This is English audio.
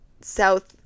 South